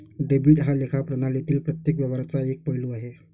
debit हा लेखा प्रणालीतील प्रत्येक व्यवहाराचा एक पैलू आहे